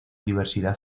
diversidad